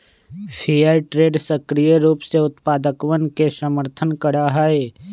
fair trade सक्रिय रूप से उत्पादकवन के समर्थन करा हई